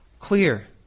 clear